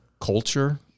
culture